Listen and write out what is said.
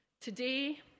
today